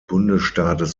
bundesstaates